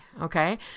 Okay